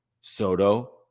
Soto